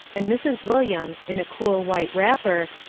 and mrs. williams, in a cool white wrapper,